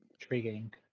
Intriguing